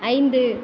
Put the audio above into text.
ஐந்து